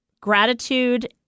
gratitude